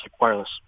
wireless